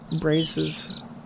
braces